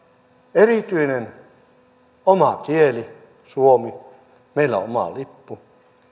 erityinen oma kieli suomi meillä on oma lippu